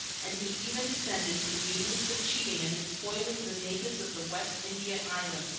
and he even descended to the meanness of cheating and despoiling the natives of the west india islands,